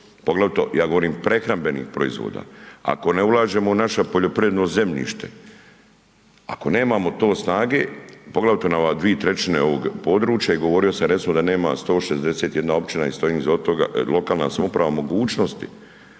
poglavito, ja govorim prehrambenih proizvoda, ako ne ulažemo u naše poljoprivredno zemljište, ako nemamo to snage, poglavito na ove dvije trećine ovog područja, i govorio sam recimo da nema 161 općina i stojim iza toga, lokalna samouprava mogućnosti